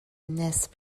نصف